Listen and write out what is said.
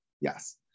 Yes